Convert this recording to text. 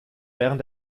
während